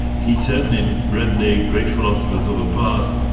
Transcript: he certainly read the great philosophers of the past.